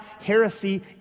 heresy